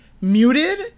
muted